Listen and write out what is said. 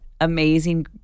amazing